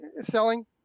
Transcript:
selling